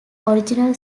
original